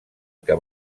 que